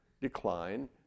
decline